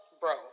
bro